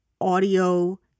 audio